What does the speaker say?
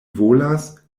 volas